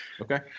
okay